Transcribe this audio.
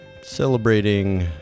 Celebrating